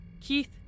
Keith